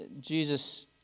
Jesus